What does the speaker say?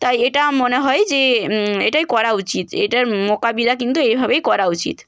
তাই এটা মনে হয় যে এটাই করা উচিত এটার মোকাবিলা কিন্তু এভাবেই করা উচিত